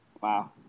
Wow